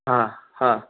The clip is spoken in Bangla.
হ্যাঁ হ্যাঁ